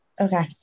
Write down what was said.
Okay